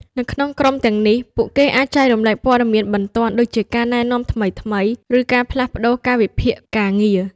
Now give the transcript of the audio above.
នៅក្នុងក្រុមទាំងនេះ ពួកគេអាច ចែករំលែក ព័ត៌មានបន្ទាន់ ដូចជាការណែនាំថ្មីៗ ឬការផ្លាស់ប្ដូរកាលវិភាគការងារ។